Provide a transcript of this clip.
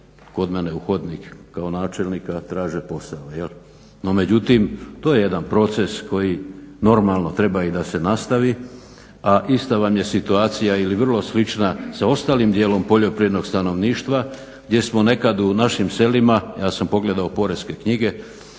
kod mene u hodnik kao načelnika traže posao jel'. No međutim, to je jedan proces normalno treba i da se nastavi, a ista vam je situacija ili vrlo slična sa ostalim dijelom poljoprivrednog stanovništva gdje smo nekad u našim selima, ja sam pogledao porezne knjige,